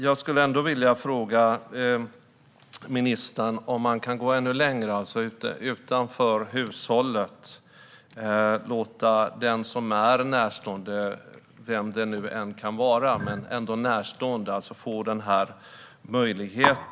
Jag skulle ändå vilja fråga ministern om man kan gå ännu längre, alltså utanför hushållet, och låta den som är närstående - vem det nu än kan vara - få denna möjlighet?